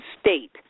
state